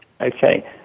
Okay